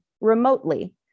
remotely